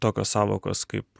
tokios sąvokos kaip